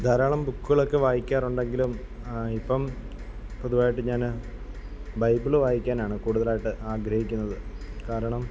ധാരാളം ബുക്കുകളൊക്കെ വായിക്കാറുണ്ടെങ്കിലും ഇപ്പം പൊതുവായിട്ട് ഞാൻ ബൈബിള് വായിക്കാനാണ് കൂടുതലായിട്ട് ആഗ്രഹിക്കുന്നത് കാരണം